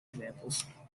examples